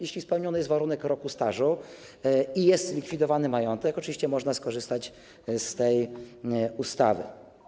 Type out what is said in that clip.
Jeśli spełniony jest warunek roku stażu i jest likwidowany majątek, oczywiście można skorzystać z tej ustawy.